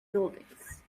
buildings